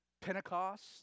Pentecost